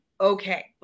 Okay